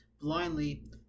blindly